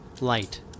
light